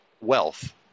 wealth